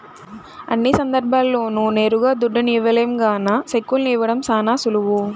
అన్ని సందర్భాల్ల్లోనూ నేరుగా దుడ్డుని ఇవ్వలేం గాన సెక్కుల్ని ఇవ్వడం శానా సులువు